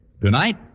Tonight